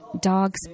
dogs